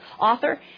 author